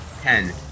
Ten